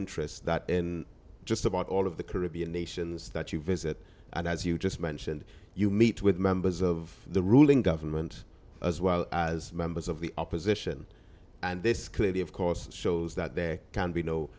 interest that in just about all of the caribbean nations that you visit and as you just mentioned you meet with members of the ruling government as well as members of the opposition and this clearly of course shows that there can be no